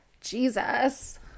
Jesus